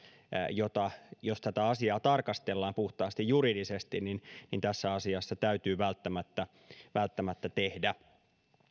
jota jos tätä asiaa tarkastellaan puhtaasti juridisesti tässä asiassa täytyy välttämättä välttämättä tehdä